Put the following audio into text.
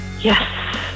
Yes